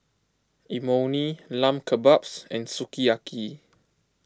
Imoni Lamb Kebabs and Sukiyaki